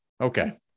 okay